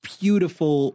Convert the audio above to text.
beautiful